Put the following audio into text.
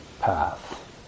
path